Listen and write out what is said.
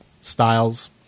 styles